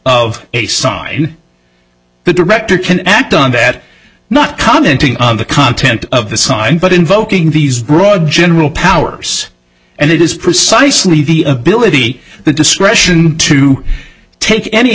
of a sign the director can act on that not commenting on the content of the sign but invoking these broad general powers and it is precisely the ability the discretion to take any